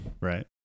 Right